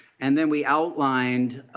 and then we outlined